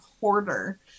hoarder